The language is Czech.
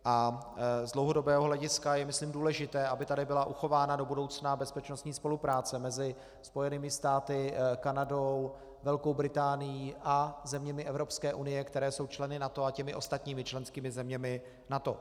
A z dlouhodobého hlediska je myslím důležité, aby tady byla uchována do budoucna bezpečnostní spolupráce mezi Spojenými státy, Kanadou, Velkou Británií a zeměmi Evropské unie, které jsou členy NATO, a těmi ostatními členskými zeměmi NATO.